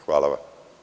Hvala vam.